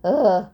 ugh